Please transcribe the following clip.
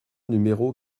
numéro